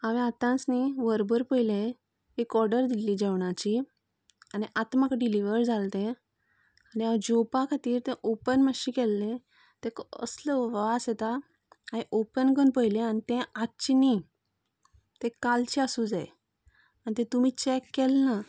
हांवेन आताच न्ही वर भर पयले एक ऑर्डर दिल्ली जेवणाची आनी आतां म्हाका डिलीवर जालां तें आनी हांवे जेवपा खातीर तें ओपन मातशें केल्ले तेका असलो वास येता हांवेन ओपन करून पळयलें आनी तें आजचें न्ही तें कालचे आसूंक जाय आनी तें तुमी चेक केलें ना